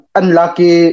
unlucky